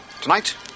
Tonight